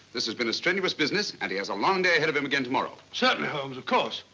this has been strenuous business and he has a long day ahead of him again tomorrow. certainly holmes, of course.